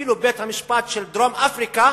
אפילו בית-המשפט של דרום-אפריקה